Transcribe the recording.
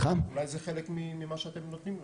אולי זה חלק ממה שאתם נותנים להם.